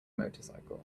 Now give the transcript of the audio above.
motorcycle